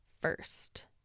first